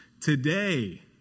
today